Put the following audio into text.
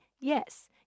Yes